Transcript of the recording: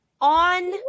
On